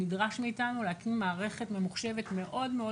נדרש מאתנו להקים מערכת ממוחשבת מאוד מאוד